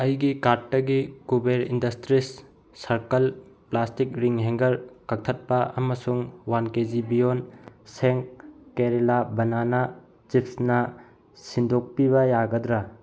ꯑꯩꯒꯤ ꯀꯥꯔꯠꯇꯒꯤ ꯀꯨꯕꯦꯔ ꯏꯟꯗꯁꯇ꯭ꯔꯤꯁ ꯁꯥꯔꯀꯜ ꯄ꯭ꯂꯥꯁꯇꯤꯛ ꯔꯤꯡ ꯍꯦꯡꯒꯔ ꯀꯛꯊꯛꯄ ꯑꯃꯁꯨꯡ ꯋꯥꯟ ꯀꯦ ꯖꯤ ꯕꯤꯌꯣꯟ ꯁꯦꯡ ꯀꯦꯔꯥꯂꯥ ꯕꯅꯥꯅꯥ ꯆꯤꯞꯁꯅ ꯁꯤꯟꯗꯣꯛꯄꯤꯕ ꯌꯥꯒꯗ꯭ꯔꯥ